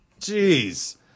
Jeez